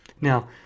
Now